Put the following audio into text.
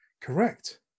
Correct